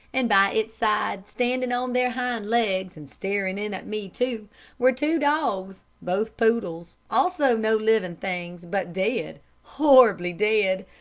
and by its side, standing on their hind-legs, and staring in at me too were two dogs, both poodles also no living things, but dead, horribly dead.